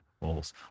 Walls